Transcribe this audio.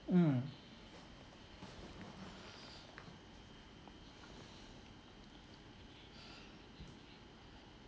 mm